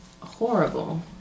horrible